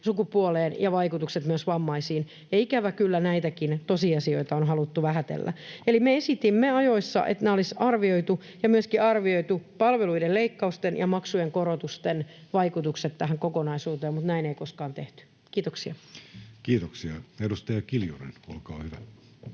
sukupuoleen ja vaikutukset myös vammaisiin, ja ikävä kyllä, näitäkin tosiasioita on haluttu vähätellä. Eli me esitimme ajoissa, että nämä olisi arvioitu ja myöskin arvioitu palveluiden leikkausten ja maksujen korotusten vaikutukset tähän kokonaisuuteen, mutta näin ei koskaan tehty. — Kiitoksia. [Speech 168] Speaker: